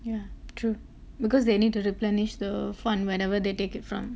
yeah true because they need to replenish the fund whenever they take it from